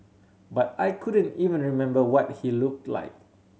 but I couldn't even remember what he look like